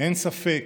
אין ספק